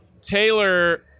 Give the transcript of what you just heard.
Taylor